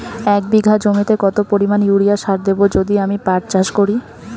এক বিঘা জমিতে কত পরিমান ইউরিয়া সার দেব যদি আমি পাট চাষ করি?